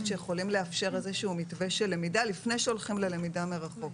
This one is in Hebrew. שיכולים לאפשר איזשהו מתווה של למידה לפני שהולכים ללמידה מרחוק.